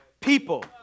people